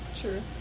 true